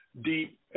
deep